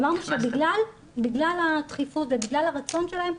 אמרנו שבגלל הדחיפות ובגלל הרצון שלהם,